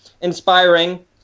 inspiring